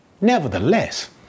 Nevertheless